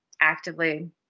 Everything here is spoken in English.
actively